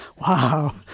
wow